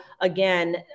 again